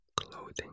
clothing